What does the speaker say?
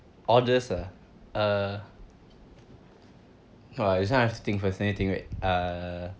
oddest ah uh !wah! this one I have to think first let me think wait uh